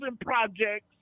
projects